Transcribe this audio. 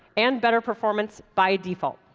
and better performance by default.